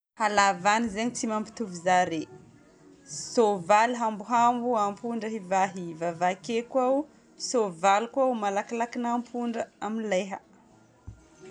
Halavagna zegny tsy mampitovy zare. Soavaly hambohambo, ampondra ivaiva. Vake koa ao, soavaly koa malakilaky noho ampondra amin'ny leha.